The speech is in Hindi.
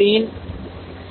3 सी